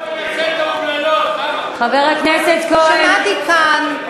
חבר הכנסת כהן.